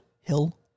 Hill